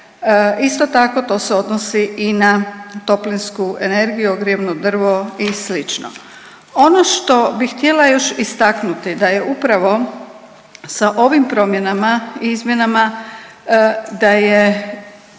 Isto tako, to se odnosi i na toplinsku energiju, ogrjevno drvo i sl. Ono što bih htjela još istaknuti da je upravo sa ovim promjenama i izmjenama, da je,